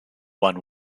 one